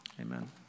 Amen